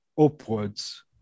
upwards